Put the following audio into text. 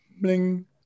bling